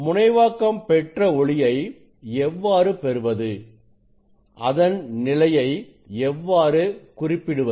முனைவாக்கம் பெற்ற ஒளியை எவ்வாறு பெறுவது அதன் நிலையை எவ்வாறு குறிப்பிடுவது